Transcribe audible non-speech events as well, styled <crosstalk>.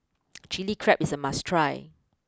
<noise> Chilli Crab is a must try